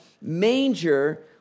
manger